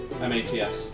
M-A-T-S